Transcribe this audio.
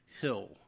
Hill